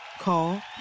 Call